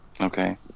Okay